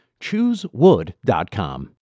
Choosewood.com